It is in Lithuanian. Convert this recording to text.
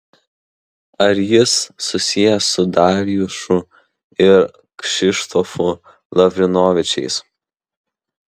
ar jis susijęs su darjušu ir kšištofu lavrinovičiais